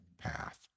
path